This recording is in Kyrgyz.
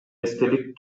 эстелик